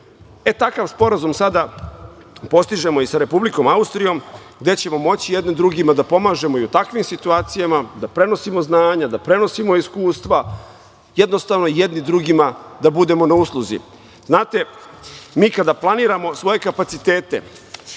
tu. Takav sporazum sada postižemo i sa Republikom Austrijom, gde ćemo moći jedni drugima da pomažemo i u takvim situacijama, da prenosimo znanja, da prenosimo iskustva, jednostavno jedni drugima da budemo na usluzi. Mi kada planiramo svoje kapacitete